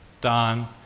Don